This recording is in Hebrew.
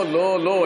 לא, לא, לא.